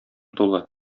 тулы